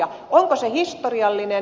onko se historiallinen